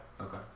Okay